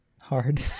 Hard